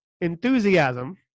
enthusiasm